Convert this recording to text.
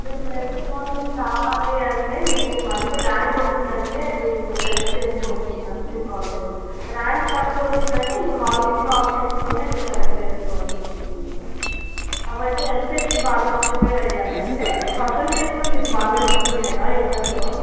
ఇంకా best college రావాలి అంటే మీకు మంచి ర్యాంక్ వచ్చిందంటే మీరు సెలెక్ట్ చేసుకోవచ్చు మీకు నచ్చిన కాలేజ్ ర్యాంక్ తక్కువ వచ్చింది అంటే ఇంక వాళ్ళు ఇచ్చిన ఆప్షన్స్లో మీరు సెలెక్ట్ చేసుకోవాల్సివస్తుంది కాబట్టి ఎంసెట్కి మీరు బాగా ప్రిపేర్ అయ్యారంటే పర్సంటేజ్ కూడా మీకు బాగా వచ్చింది కదా ఇంటర్లో